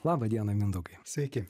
laba diena mindaugai